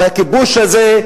והכיבוש הזה,